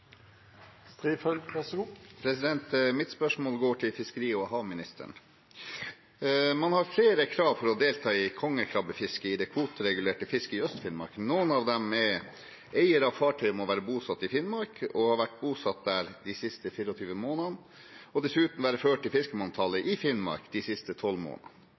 Mitt spørsmål går til fiskeri- og havministeren. Man har flere krav for å delta i kongekrabbefisket i det kvoteregulerte fisket i Øst-Finnmark. Blant dem er at eier av fartøyet må være bosatt i Finnmark og ha vært bosatt der de siste 24 månedene og dessuten være ført i fiskermanntallet i Finnmark de siste tolv månedene.